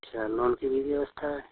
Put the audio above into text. अच्छा लोन की भी व्यवस्था है